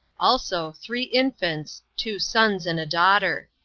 also three infants, two sons and a daughter.